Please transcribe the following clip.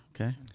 Okay